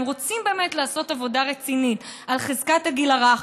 אם רוצים באמת לעשות עבודה רצינית על חזקת הגיל הרך,